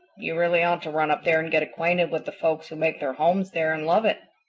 you really ought to run up there and get acquainted with the folks who make their homes there and love it.